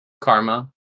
Karma